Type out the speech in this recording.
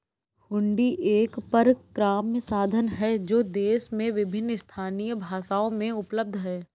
हुंडी एक परक्राम्य साधन है जो देश में विभिन्न स्थानीय भाषाओं में उपलब्ध हैं